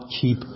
keep